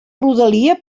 rodalia